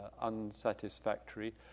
unsatisfactory